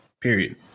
Period